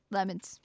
Lemons